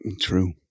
True